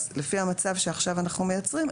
אז לפי המצב שאנחנו עכשיו מייצרים,